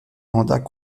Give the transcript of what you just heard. mandat